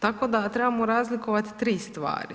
Tako da trebamo razlikovati 3 stvari.